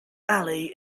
alley